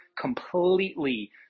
completely